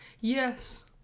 Yes